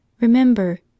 remember